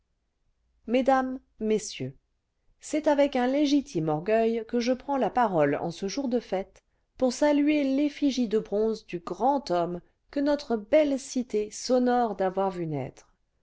mesdames messieurs c'est avec un légitime orgueil que je prends la parole en ce jour de fête pour saluer l'effigie de bronze clu grand homme que notre belle cité s'honore d'avoir vu naître